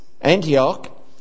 Antioch